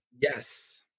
Yes